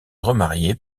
remarier